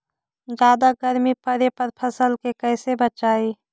जादा गर्मी पड़े पर फसल के कैसे बचाई?